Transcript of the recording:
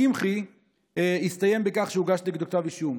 קמחי הסתיים בכך שהוגש נגדו כתב אישום?